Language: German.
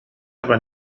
aber